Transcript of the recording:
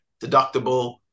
deductible